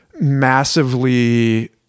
massively